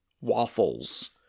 Waffles